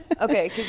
Okay